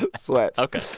and sweats ok,